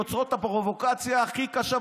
יוצרות את הפרובוקציה הכי קשה,